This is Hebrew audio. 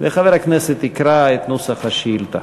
וחבר הכנסת יקרא את נוסח השאילתה.